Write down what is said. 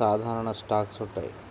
సాధారణ స్టాక్స్ ఉంటాయి